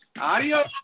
Adios